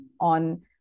on